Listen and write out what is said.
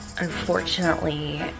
unfortunately